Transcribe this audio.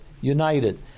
united